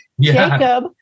jacob